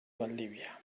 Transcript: valdivia